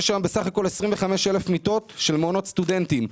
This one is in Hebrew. יש היום בסך הכול 25,000 מיטות של מעונות סטודנטים.